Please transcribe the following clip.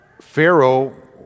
Pharaoh